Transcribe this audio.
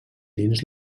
dins